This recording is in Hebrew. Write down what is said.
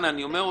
מי בעד